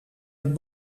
het